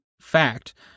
fact